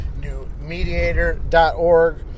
newmediator.org